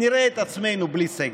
נראה את עצמנו בלי סגר.